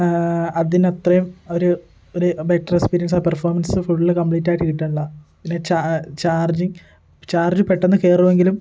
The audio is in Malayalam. അതിനത്രയും ഒരു ഒരു ബെറ്റർ എക്സ്പീരിയൻസ് പെർഫോമൻസ് ഫുൾ കംപ്ലീറ്റായിട്ട് കിട്ടണില്ല പിന്നെ ചാർജിംഗ് ചാർജ് പെട്ടെന്ന് കയറുമെങ്കിലും